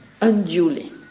unduly